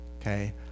okay